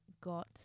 got